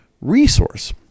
resource